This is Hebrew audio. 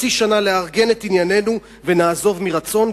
חצי שנה שנארגן את עניינינו ונעזוב מרצון,